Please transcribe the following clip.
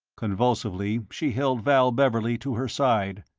convulsively she held val beverley to her side,